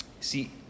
See